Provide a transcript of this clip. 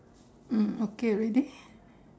mm okay already